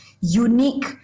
unique